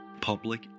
Public